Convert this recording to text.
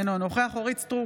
אינו נוכח אורית מלכה סטרוק,